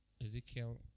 Ezekiel